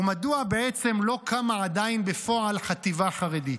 ומדוע בעצם לא קמה עדיין בפועל חטיבה חרדית?